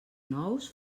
nous